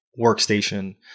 workstation